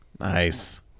Nice